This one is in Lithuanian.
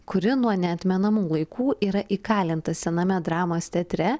kuri nuo neatmenamų laikų yra įkalinta sename dramos teatre